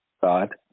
god